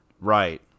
right